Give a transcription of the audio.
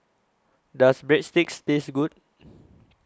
Does Breadsticks Taste Good